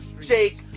Jake